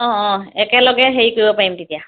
অঁ অঁ একেলগে হেৰি কৰিব পাৰিম তেতিয়া